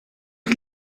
chi